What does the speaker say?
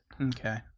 okay